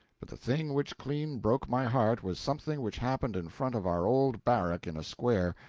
but the thing which clean broke my heart was something which happened in front of our old barrack in a square,